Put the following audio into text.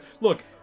look